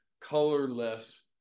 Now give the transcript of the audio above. colorless